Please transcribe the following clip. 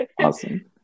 Awesome